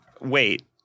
Wait